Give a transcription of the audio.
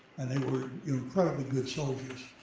and they were incredibly good soldiers.